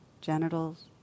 genitals